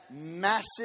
massive